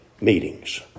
meetings